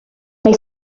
they